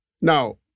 Now